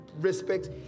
respect